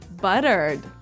Buttered